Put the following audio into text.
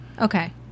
Okay